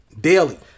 daily